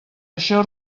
això